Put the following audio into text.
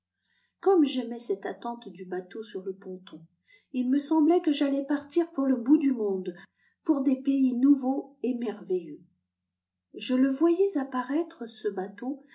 comme j'aimais cette attente du bateau sur le ponton ii me semblait que j'allais partir pour le bout du monde pour des pays nouveaux et merveilleux je le voyais apparaître ce bateau